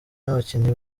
n’abakinnyi